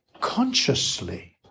consciously